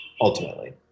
ultimately